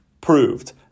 proved